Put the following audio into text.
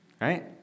right